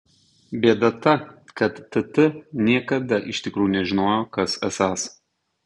bėda ta kad tt niekada iš tikrųjų nežinojo kas esąs